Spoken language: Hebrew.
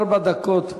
ארבע דקות לרשותך.